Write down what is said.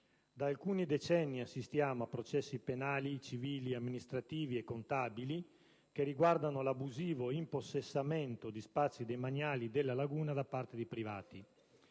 Da alcuni decenni assistiamo a processi penali, civili, amministrativi e contabili che riguardano l'abusivo impossessamento di spazi demaniali della laguna da parte di privati.